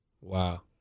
Wow